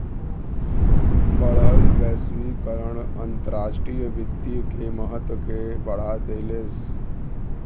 बढ़ल वैश्वीकरण अंतर्राष्ट्रीय वित्त के महत्व के बढ़ा देहलेस